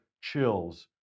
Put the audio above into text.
chills